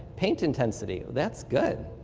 pain intensity. that's good.